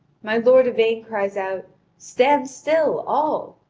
my lord yvain cries out stand still, all!